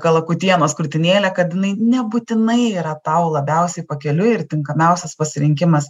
kalakutienos krūtinėlė kad jinai nebūtinai yra tau labiausiai pakeliui ir tinkamiausias pasirinkimas